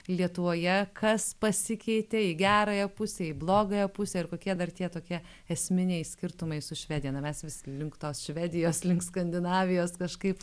lietuvoje kas pasikeitė į gerąją pusę į blogąją pusę ir kokie dar tie tokie esminiai skirtumai su švedija na mes vis link tos švedijos link skandinavijos kažkaip